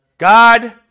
God